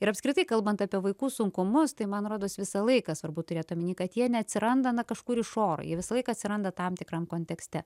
ir apskritai kalbant apie vaikų sunkumus tai man rodos visą laiką svarbu turėt omeny kad jie neatsiranda na kažkur iš oro ji visą laiką atsiranda tam tikram kontekste